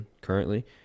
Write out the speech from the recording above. currently